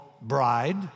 Bride